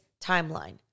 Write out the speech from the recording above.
timeline